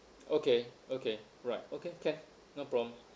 okay okay right okay can no problem